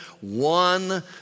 one